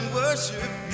worship